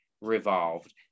revolved